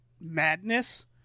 madness